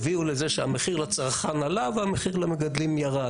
הביאו לזה שהמחיר לצרכן עלה והמחיר למגדלים ירד.